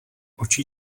oči